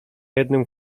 jednym